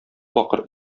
бакыр